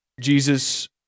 Jesus